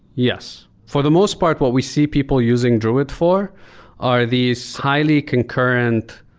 yes. for the most part, what we see people using druid for are these highly concurrent,